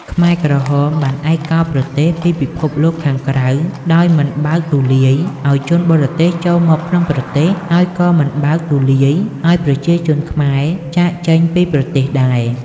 ខ្មែរក្រហមបានឯកោប្រទេសពីពិភពលោកខាងក្រៅ ដោយមិនបើកទូលាយឱ្យជនបរទេសចូលមកក្នុងប្រទេស ហើយក៏មិនបើកទូលាយឱ្យប្រជាជនខ្មែរចាកចេញពីប្រទេសដែរ។